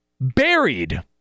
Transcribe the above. Buried